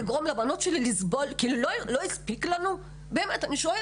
לגרום לבנות שלי לסבול?! כאילו לא הספיק לנו?! אני באמת שואלת.